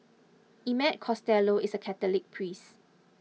Emmett Costello is a Catholic priest